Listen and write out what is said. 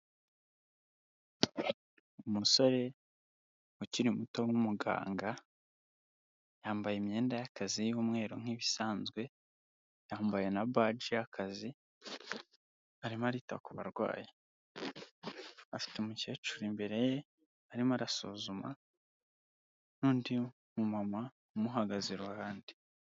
Umusore ukiri muto w'umuganga, yambaye imyenda y'akazi y'umweru nk'ibisanzwe, yambaye na bagi y'akazi arimo arita ku barwayi, afite umukecuru imbere ye arimo arasuzuma n'undi mumama umuhagaze iruhande.